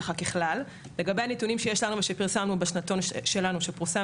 לגבי הנתונים שיש לנו ופרסמנו בשנתון שלנו שפורסם